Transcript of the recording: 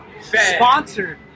sponsored